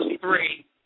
three